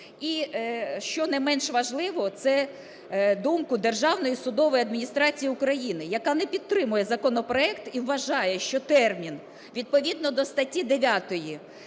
і, що не менш важливо, це думку Державної судової адміністрації України, яка не підтримує законопроект і вважає, що термін відповідно до статті 9